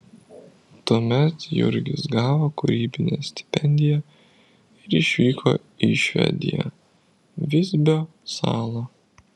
tuomet jurgis gavo kūrybinę stipendiją ir išvyko į švediją visbio salą